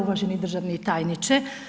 Uvaženi državni tajniče.